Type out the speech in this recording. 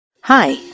Hi